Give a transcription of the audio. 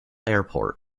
airport